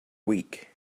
week